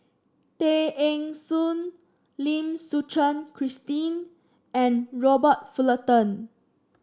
Tay Eng Soon Lim Suchen Christine and Robert Fullerton